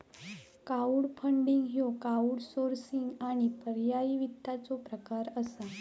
crowdfunding ह्यो crowdsourcing आणि पर्यायी वित्ताचो प्रकार असा